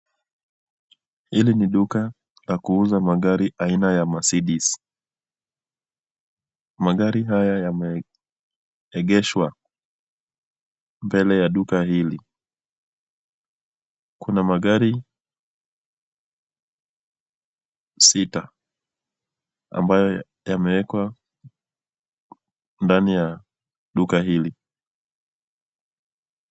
Hili ni duka la kuuza maagari aina ya Mercedes. Magari haya yameegeshwa mbele ya duka hili. Kuna magari sita ambayo yameekwa ndani ya duka hili.